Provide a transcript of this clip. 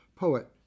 poet